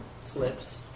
slips